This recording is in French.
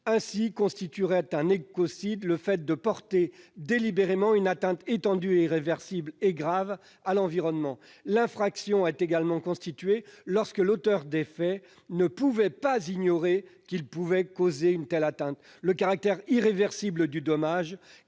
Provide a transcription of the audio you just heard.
Ainsi, constituerait un écocide le fait de porter délibérément une atteinte étendue, irréversible et grave à l'environnement. L'infraction serait également constituée, lorsque l'auteur des faits ne pouvait pas ignorer qu'il pouvait causer une telle atteinte. Le caractère irréversible du dommage